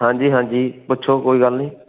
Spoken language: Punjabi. ਹਾਂਜੀ ਹਾਂਜੀ ਪੁੱਛੋ ਕੋਈ ਗੱਲ ਨਹੀਂ